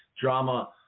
drama